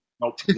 Nope